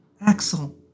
Axel